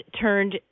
turned